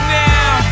now